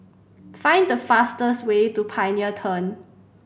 find the fastest way to Pioneer Turn